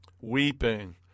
Weeping